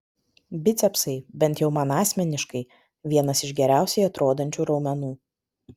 bicepsai bent jau man asmeniškai vienas iš geriausiai atrodančių raumenų